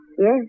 Yes